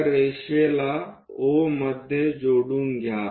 त्या रेषेला O मध्ये जोडून घ्या